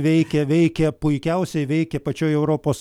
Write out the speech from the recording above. veikia veikia puikiausiai veikia pačioj europos